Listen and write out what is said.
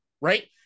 right